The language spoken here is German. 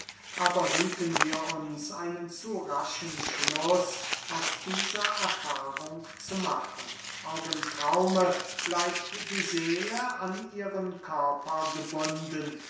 aber hüten wir uns einen zu raschen schluß aus dieser erfahrung zu machen auch im traume bleibt die seele an ihren körper gebunden